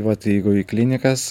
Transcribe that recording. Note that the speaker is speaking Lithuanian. vat jeigu į klinikas